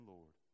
Lord